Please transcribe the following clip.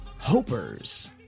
Hopers